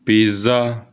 pizza